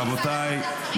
רבותיי,